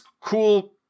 cool